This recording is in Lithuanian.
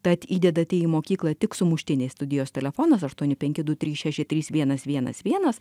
tad įdedate į mokyklą tik sumuštinį studijos telefonas aštuoni penki du trys šeši trys vienas vienas vienas